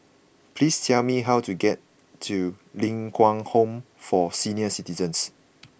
please tell me how to get to Ling Kwang Home for Senior Citizens